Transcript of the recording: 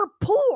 poor